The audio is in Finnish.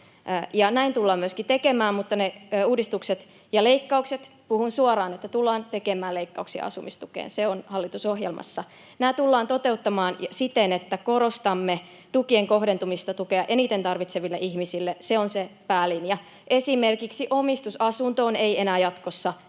Näin tullaan myöskin tekemään, mutta ne uudistukset ja leikkaukset — puhun suoraan, että tullaan tekemään leikkauksia asumistukeen, se on hallitusohjelmassa — tullaan toteuttamaan siten, että korostamme tukien kohdentumista tukea eniten tarvitseville ihmisille. Se on se päälinja. Esimerkiksi omistusasuntoon ei enää jatkossa